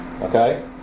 Okay